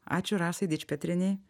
ačiū rasai dičpetrienei